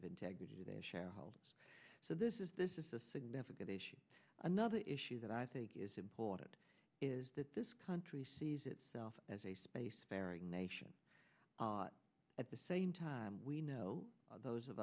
of integrity to their shareholders so this is this is a significant issue another issue that i think is important is that this country sees itself as a spacefaring nation but at the same time we know those of